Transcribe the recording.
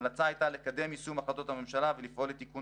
וההמלצה הייתה לקדם יישום החלטות הממשלה ולפעול לתיקון